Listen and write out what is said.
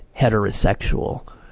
heterosexual